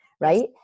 right